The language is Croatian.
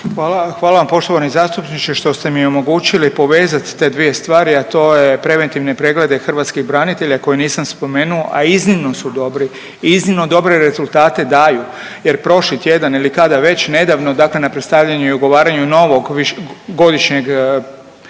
Hvala vam poštovani zastupniče, što ste mi omogućili povezati te dvije stvari, a to je preventivne preglede hrvatskih branitelja koje nisam spomenuo, a iznimno su dobri, iznimno dobre rezultate daju jer prošli jer prošli tjedan ili kada već, nedavno dakle na predstavljaju i ugovaraju novog višegodšnjeg